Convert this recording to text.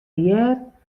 hear